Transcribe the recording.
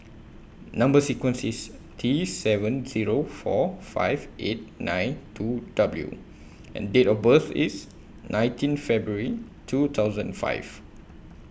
Number sequence IS T seven Zero four five eight nine two W and Date of birth IS nineteen February two thousand five